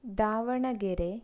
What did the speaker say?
Davanagere